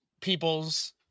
people's